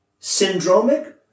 syndromic